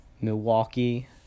milwaukee